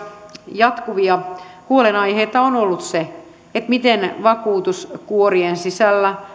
jatkuvia huolenaiheitani on ollut se miten vakuutuskuorien sisällä